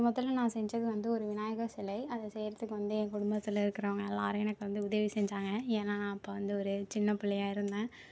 மொதல் மொதலில் நான் செஞ்சது வந்து ஒரு விநாயகர் சிலை அதை செய்கிறத்துக்கு வந்து என் குடும்பத்தில் இருக்கிறகவுங்க எல்லோரும் வந்து உதவி செஞ்சாங்க ஏன்னா நான் அப்போ வந்து ஒரு சின்ன பிள்ளையாக இருந்தேன்